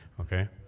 Okay